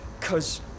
Cause